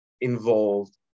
involved